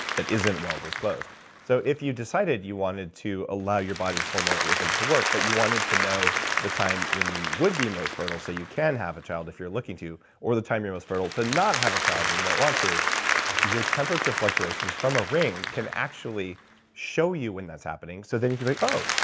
that isn't well-disclosed so if you decided you wanted to allow your body's hormonal rhythms to work, but you wanted to know the time when you would be most fertile, so you can have a child if you're looking to. or the time you were fertile to not have a child when you don't want to your temperature fluctuations from a ring can actually show you when that's happening. so then you can be, oh,